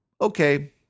okay